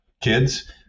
kids